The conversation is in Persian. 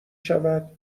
شود